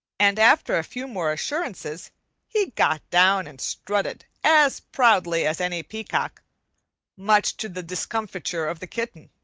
and after a few more assurances he got down and strutted as proudly as any peacock much to the discomfiture of the kitten,